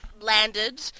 landed